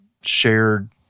shared